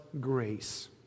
grace